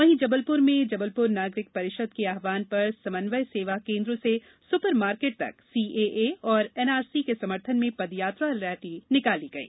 वहीं जबलपुर में जबलपुर नागरिक परिषद के आह्वान पर समन्वय सेवा केन्द्र से सुपर मार्केट तक सीएए और एनआरसी के समर्थन में पदयात्रा रैली निकाली गई